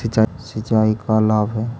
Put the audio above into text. सिंचाई का लाभ है?